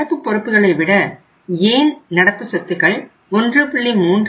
நடப்பு பொறுப்புகளை விட ஏன் நடப்பு சொத்துக்கள் 1